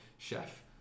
chef